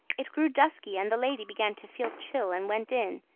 it grew dusky, and the lady began to feel chill, and went in,